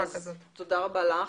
תודה רבה לך.